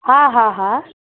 हा हा हा